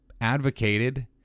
advocated